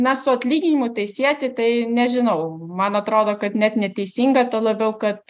na su atlyginimu tai sieti tai nežinau man atrodo kad net neteisinga tuo labiau kad